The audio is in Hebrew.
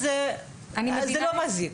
זה לא מזיק.